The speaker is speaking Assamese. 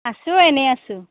আছোঁ এনেই আছোঁ